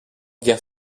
guerre